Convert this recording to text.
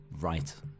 Right